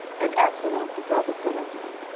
and absalom her brother said unto her,